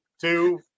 two